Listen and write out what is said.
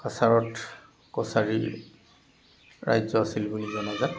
কাছাৰত কছাৰী ৰাজ্য আছিল বুলি জনাজাত